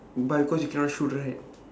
but because you cannot shoot right